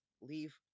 leave